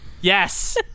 yes